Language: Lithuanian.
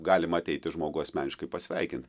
galima ateiti žmogų asmeniškai pasveikin